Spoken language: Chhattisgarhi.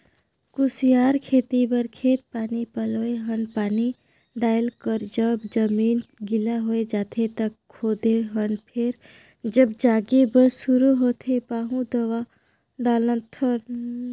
कुसियार खेती बर खेत पानी पलोए हन पानी डायल कर जब जमीन गिला होए जाथें त खोदे हन फेर जब जागे बर शुरू होथे पाहु दवा डालथन